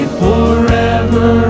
forever